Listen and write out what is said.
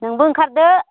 नोंबो ओंखारदो